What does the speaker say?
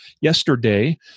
yesterday